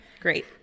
Great